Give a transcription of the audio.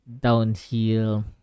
downhill